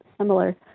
similar